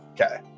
okay